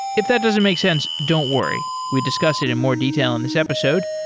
if that doesn't make sense, don't worry. we discuss it in more detail in this episode.